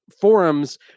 forums